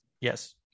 Yes